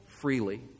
freely